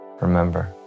remember